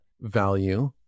value